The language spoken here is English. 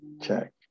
check